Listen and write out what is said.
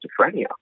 schizophrenia